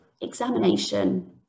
examination